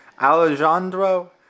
Alejandro